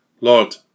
Lord